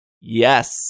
yes